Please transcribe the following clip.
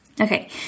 Okay